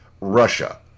Russia